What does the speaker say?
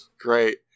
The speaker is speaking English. Great